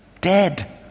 dead